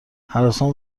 هراسان